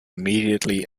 immediately